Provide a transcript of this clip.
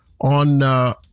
on